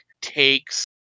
takes